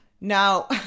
now